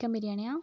chicken ബിരിയാണിയാണ്